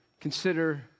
consider